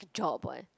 a job [what]